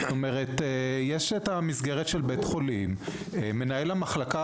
זאת אומרת יש מסגרת של בית החולים: מנהל המחלקה